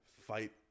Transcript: fight